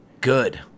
Good